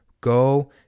go